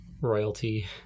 royalty